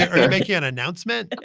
graham making an announcement?